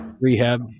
rehab